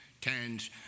tens